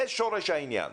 זה שורש העניין,